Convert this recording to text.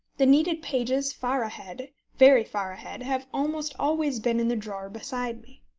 the needed pages far ahead very far ahead have almost always been in the drawer beside me.